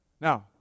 Now